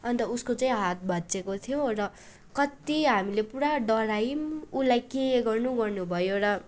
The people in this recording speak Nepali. अन्त उसको चाहिँ हात भाँच्चिएको थियो र कति हामीले पुरा डरायौँ उसलाई के गर्नु गर्नु भयो र